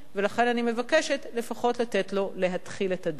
ולכן אני מבקשת לפחות לתת לו להתחיל את הדרך.